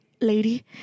lady